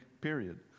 period